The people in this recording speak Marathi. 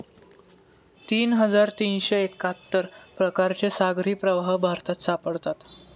तीन हजार तीनशे एक्काहत्तर प्रकारचे सागरी प्रवाह भारतात सापडतात